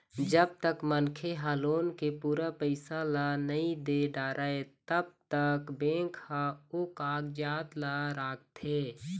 जब तक मनखे ह लोन के पूरा पइसा ल नइ दे डारय तब तक बेंक ह ओ कागजात ल राखथे